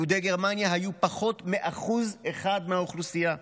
יהודי גרמניה היו פחות מ-1% מהאוכלוסייה.